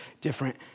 different